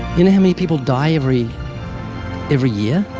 you know how many people die every every year?